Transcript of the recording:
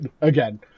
again